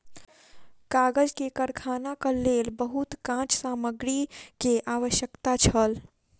कागज के कारखानाक लेल बहुत काँच सामग्री के आवश्यकता छल